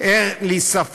את החוקים, אין לי ספק.